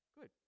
good